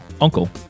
uncle